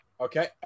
Okay